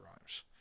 Rhymes